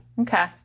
Okay